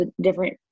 different